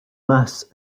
mass